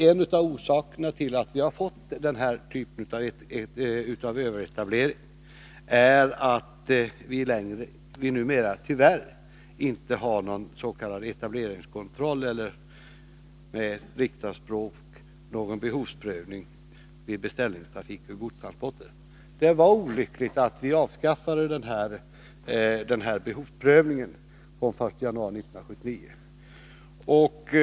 En av orsakerna till att vi fått denna typ av överetablering är att vi numera tyvärr inte har någon s.k. etableringskontroll eller, med riksdagsspråk, någon behovsprövning vid beställningstrafik för godstransporter. Det var olyckligt att vi avskaffade behovsprövningen den 1 januari 1979.